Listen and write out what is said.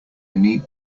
need